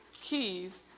keys